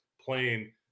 playing